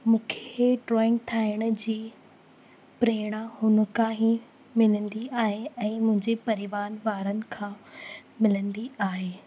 मूंखे ड्रॉइंग ठाहिण जी प्रेरणा मूंखा ई मिलंदी आहे ऐं मुंहिंजे परिवार वारनि खां मिलंदी आहे